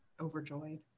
overjoyed